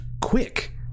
quick